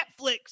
Netflix